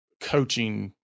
coaching